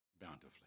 bountifully